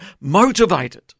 motivated